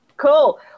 Cool